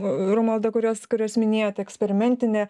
romualda kuriuos kuriuos minėjot eksperimentinę